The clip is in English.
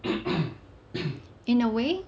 in a way